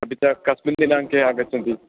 अपि च कस्मिन् दिनाङ्के आगच्छन्ति